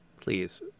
please